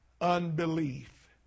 unbelief